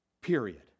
period